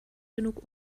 genug